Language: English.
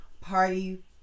party